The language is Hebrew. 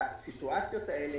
בסיטואציות האלה,